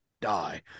die